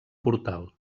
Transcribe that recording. portal